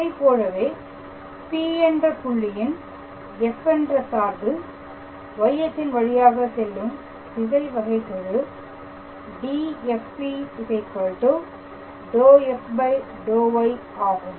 இதைப்போலவே P என்ற புள்ளியின் f என்ற சார்பு Y அச்சின் வழியாக செல்லும் திசை வகைகெழு DfP ∂f∂y ஆகும்